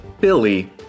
Billy